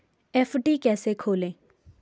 FD कैसे खोलें?